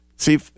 See